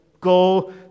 Go